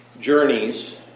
journeys